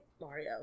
mario